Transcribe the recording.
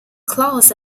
claws